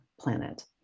planet